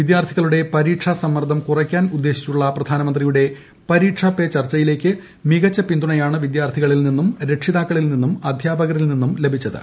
വിദ്യാർത്ഥികളുടെ പരീക്ഷാ സമ്മർദ്ദം കുറയ്ക്കാൻ ഉദ്ദേശിച്ചുള്ള പ്രധാനമന്ത്രിയുടെ പരീക്ഷാ പേ ചർച്ചയിലേക്ക് മികച്ച പിന്തുണയാണ് വിദ്യാർത്ഥികളിൽ നിന്നും രക്ഷിതാക്കളിൽ നിന്നും അദ്ധ്യാപകരിൽ നിന്നും ലഭിച്ചത്